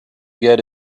get